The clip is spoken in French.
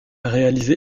réalisé